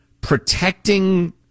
protecting